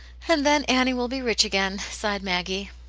and then annie will be rich again, sighed maggie.